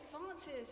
advances